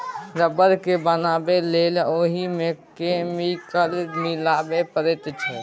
rubber केँ बनाबै लेल ओहि मे केमिकल मिलाबे परैत छै